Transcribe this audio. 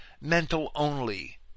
mental-only